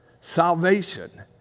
salvation